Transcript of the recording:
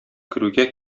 керүгә